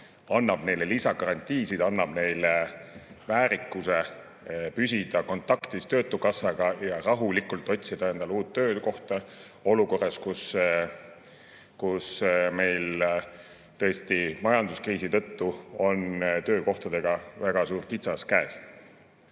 annab neile lisagarantiisid, annab neile väärikuse püsida kontaktis töötukassaga ja [annab aega] rahulikult otsida endale uut töökohta olukorras, kus meil majanduskriisi tõttu on töökohtadega väga suur kitsas käes.